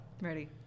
Ready